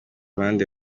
ruhande